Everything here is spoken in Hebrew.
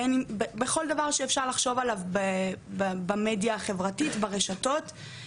בין אם זה סרטונים פוגעניים ומטרידים שהופצו עליי,